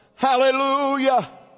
Hallelujah